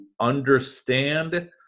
understand